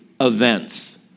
events